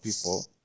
people